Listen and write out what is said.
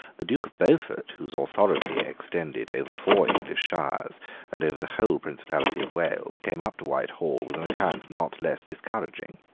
the duke of beaufort, whose authority extended over four english shires and over the whole principality of wales, came up to whitehall with an account not less discouraging.